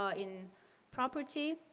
ah in property